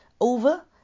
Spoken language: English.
over